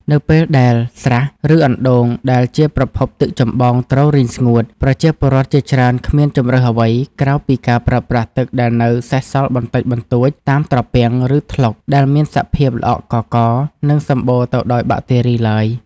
នៅពេលដែលស្រះ ឬអណ្ដូងដែលជាប្រភពទឹកចម្បងត្រូវរីងស្ងួត ប្រជាពលរដ្ឋជាច្រើនគ្មានជម្រើសអ្វីក្រៅពីការប្រើប្រាស់ទឹកដែលនៅសេសសល់បន្តិចបន្តួចតាមត្រពាំង ឬថ្លុកដែលមានសភាពល្អក់កករ និងសំបូរទៅដោយបាក់តេរីឡើយ។